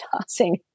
tossing